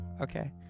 okay